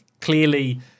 clearly